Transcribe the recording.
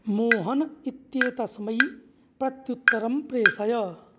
मोहनः इत्येतस्मै प्रत्युत्तरं प्रेषय